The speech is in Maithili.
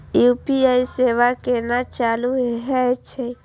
यू.पी.आई सेवा केना चालू है छै?